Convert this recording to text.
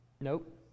Nope